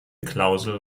klausel